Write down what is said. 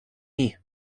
hee